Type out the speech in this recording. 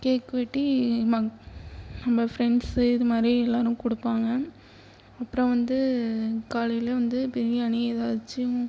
cake வெட்டி மக் நம்ம ஃபிரண்ட்ஸ்ஸு இது மாரி எல்லாரும் கொடுப்பாங்க அப்புறம் வந்து காலையில வந்து பிரியாணி ஏதாச்சும்